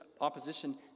opposition